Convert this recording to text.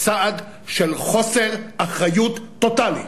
צעד של חוסר אחריות טוטלי.